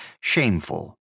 shameful